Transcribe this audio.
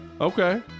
Okay